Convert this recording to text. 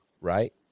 right